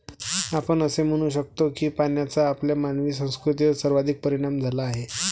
आपण असे म्हणू शकतो की पाण्याचा आपल्या मानवी संस्कृतीवर सर्वाधिक परिणाम झाला आहे